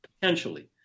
Potentially